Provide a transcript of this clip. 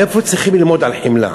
מאיפה צריכים ללמוד על חמלה?